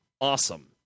awesome